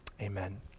Amen